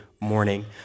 morning